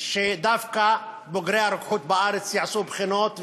שדווקא בוגרי הרוקחות בארץ יעשו בחינות.